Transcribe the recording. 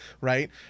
right